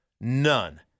none